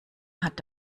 hat